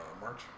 March